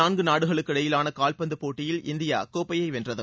நான்கு நாடுகளுக்கு இடையிலான கால்பந்துப் போட்டியில் இந்தியா கோப்பையை வென்றது